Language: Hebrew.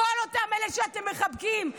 כל אותם אלה שאתם מחבקים.